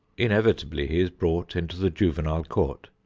inevitably he is brought into the juvenile court.